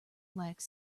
like